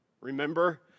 remember